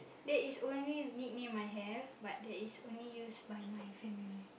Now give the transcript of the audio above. that is only nickname I have but that is only used by my family